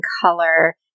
color